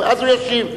ואז הוא ישיב.